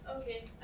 Okay